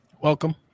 Welcome